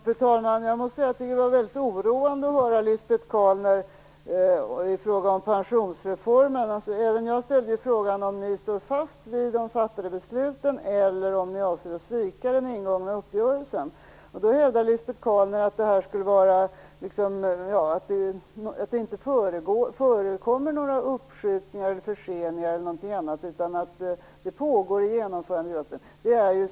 Fru talman! Jag måste säga att jag tycker det var väldigt oroande att höra Lisbet Calner tala om pensionsreformen. Även jag ställde frågan om Socialdemokraterna står fast vid de fattade besluten eller om de avser att svika den ingångna uppgörelsen. Lisbet Calner hävdar att det inte förekommer några uppskjutningar eller förseningar osv., utan att det pågår ett arbete i genomförandegruppen.